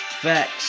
Facts